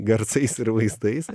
garsais ir vaizdais